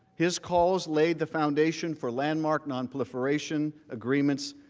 his calls laid the foundation for landmark nonproliferation, agreements,